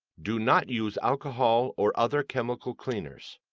do not use alcohol or other chemical cleaners.